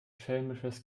schelmisches